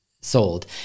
sold